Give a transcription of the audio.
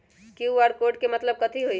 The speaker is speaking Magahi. कियु.आर कोड के मतलब कथी होई?